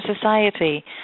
society